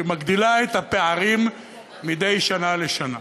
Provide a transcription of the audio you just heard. שמגדילה את הפערים מדי שנה בשנה.